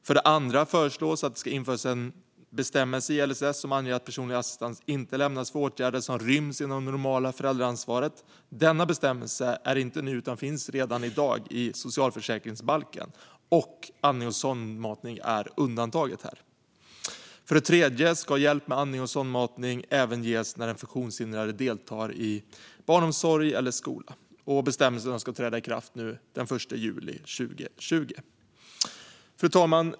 För det andra föreslås att det ska införas en bestämmelse i LSS som anger att personlig assistans inte lämnas för åtgärder som ryms inom det normala föräldraansvaret. Denna bestämmelse är inte ny utan finns redan i dag i socialförsäkringsbalken, och andning och sondmatning är undantaget här. För det tredje ska hjälp med andning och sondmatning även ges när den funktionshindrade deltar i barnomsorg eller skola. Bestämmelserna ska träda i kraft den 1 juli 2020. Fru talman!